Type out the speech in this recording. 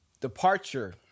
departure